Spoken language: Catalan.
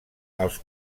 els